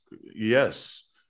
Yes